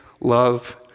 love